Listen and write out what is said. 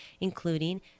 including